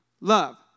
Love